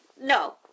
no